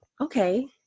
okay